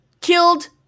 killed